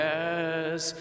Yes